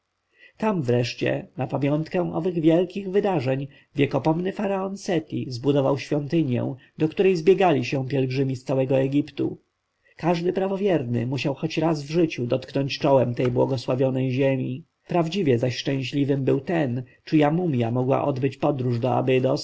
tam wreszcie na pamiątkę owych wielkich wydarzeń wiekopomny faraon seti zbudował świątynię do której zbiegali się pielgrzymi z całego egiptu każdy prawowierny musiał choć raz w życiu dotknąć czołem tej błogosławionej ziemi prawdziwie zaś szczęśliwym był ten czyja mumja mogła odbyć podróż do